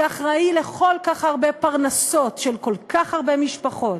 שאחראי לכל כך הרבה פרנסות של כל כך הרבה משפחות,